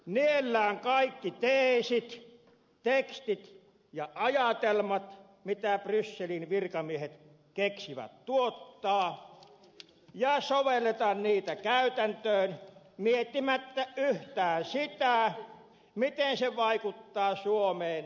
niellään kaikki teesit tekstit ja ajatelmat mitä brysselin virkamiehet keksivät tuottaa ja sovelletaan niitä käytäntöön miettimättä yhtään sitä miten se vaikuttaa suomeen ja suomalaisiin